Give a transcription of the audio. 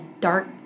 dark